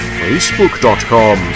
facebook.com